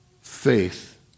faith